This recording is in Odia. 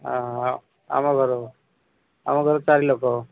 ହଁ ଆମ ଘର ଆମ ଘର ଚାରି ଲୋକ